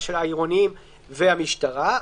העירוניים והמשטרה,